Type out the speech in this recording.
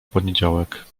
poniedziałek